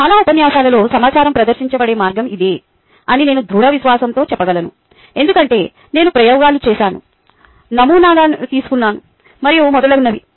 చాలా ఉపన్యాసాలలో సమాచారం ప్రదర్శించబడే మార్గం ఇదే అని నేను దృఢ విశ్వాసంతో చెప్పగలను ఎందుకంటే నేను ప్రయోగాలు చేశాను నమూనాలను తీసుకున్నాను మరియు మొదలగునవి